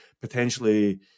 potentially